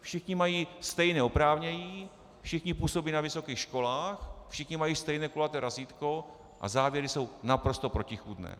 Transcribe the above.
Všichni mají stejné oprávnění, všichni působí na vysokých školách, všichni mají stejné kulaté razítko, a závěry jsou naprosto protichůdné.